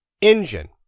engine